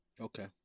Okay